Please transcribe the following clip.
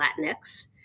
Latinx